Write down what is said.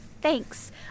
thanks